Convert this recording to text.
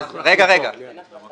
אנחנו נחליט פה.